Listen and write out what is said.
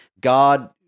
God